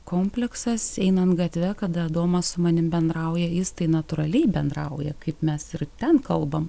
kompleksas einant gatve kada adomas su manim bendrauja jis tai natūraliai bendrauja kaip mes ir ten kalbam